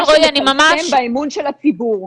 זה חלק ממה שמכרסם באימון של הציבור,